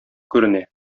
күренә